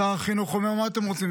שר החינוך אומר: מה את רוצים?